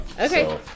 Okay